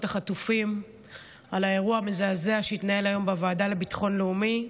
החטופים על האירוע המזעזע שהתנהל היום בוועדה לביטחון לאומי.